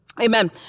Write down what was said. Amen